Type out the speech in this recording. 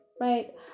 right